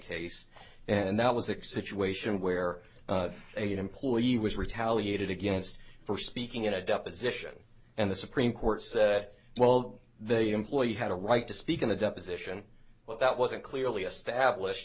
case and that was it situation where a an employee was retaliated against for speaking in a deposition and the supreme court said well the employee had a right to speak in the deposition well that wasn't clearly established